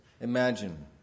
Imagine